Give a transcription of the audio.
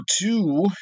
two